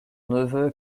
neveu